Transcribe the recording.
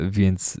więc